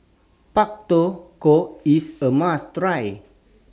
Pak Thong Ko IS A must Try